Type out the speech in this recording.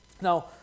Now